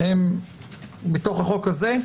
הם בתוך החוק הזה?